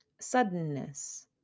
suddenness